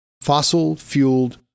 fossil-fueled